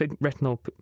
retinal